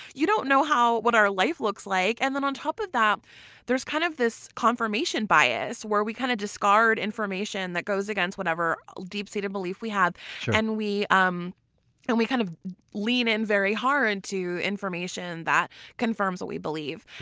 you don't know what our life looks like. and then on top of that there's kind of this confirmation bias where we kind of discard information that goes against whatever deep-seated belief we have and we um and we kind of lean in very hard to information that confirms what we believe.